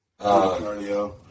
cardio